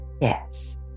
Yes